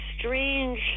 strange